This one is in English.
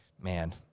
man